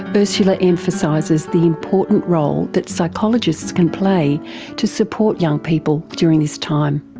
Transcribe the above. but ursula emphasises the important role that psychologists can play to support young people during this time.